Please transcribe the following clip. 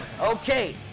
okay